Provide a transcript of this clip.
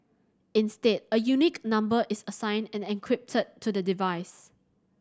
instead a unique number is assigned and encrypted to the device